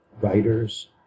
writers